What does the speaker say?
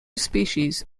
species